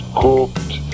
cooked